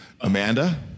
Amanda